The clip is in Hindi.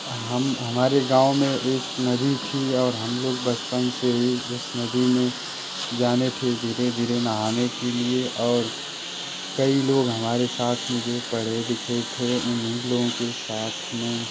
हम हमारे गाँव में एक नदी थी और हम लोग बचपन से ही उस नदी में जाने थे धीरे धीरे नहाने के लिए और कई लोग हमारे साथ में जो पढ़े लिखे थे उन्हीं लोगों के साथ में